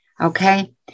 Okay